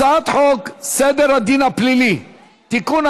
הצעת חוק סדר הדין הפלילי (תיקון,